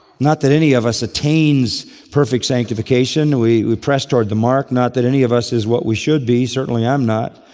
not that any of us attains perfect sanctification, we press toward the mark. not that any of us is what we should be, certainly i'm not.